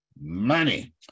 Money